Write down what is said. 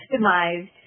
customized